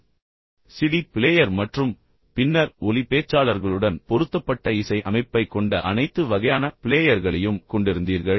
பின்னர் CD player மற்றும் பின்னர் ஒலி பேச்சாளர்களுடன் பொருத்தப்பட்ட இசை அமைப்பைக் கொண்ட அனைத்து வகையான பிளேயர்களையும் கொண்டிருந்தீர்கள்